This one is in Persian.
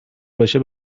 باشه